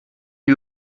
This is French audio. lui